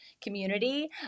community